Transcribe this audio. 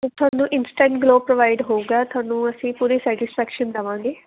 ਤੁਹਾਨੂੰ instant glow provide ਹੋਊਗਾ ਤੁਹਾਨੂੰ ਅਸੀਂ ਪੂਰੀ ਸੈਟਿਸਫੈਕਸ਼ਨ ਦੇਵਾਂਗੇ